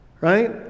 Right